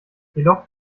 jedoch